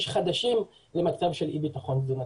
חדשים נכנסו למצב של אי ביטחון תזונתי.